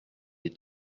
les